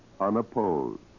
unopposed